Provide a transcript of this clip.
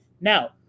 Now